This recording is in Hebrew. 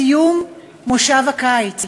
אנחנו עומדים היום בפני סיום מושב הקיץ.